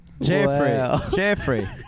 Jeffrey